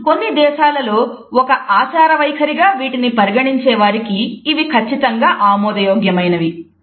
కానీ కొన్ని దేశాలలో ఒక ఆచార వైఖరిగా వీటిని పరిగణించేవారికి ఇవి ఖచ్చితంగా ఆమోదయోగ్యమైనవి